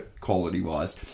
quality-wise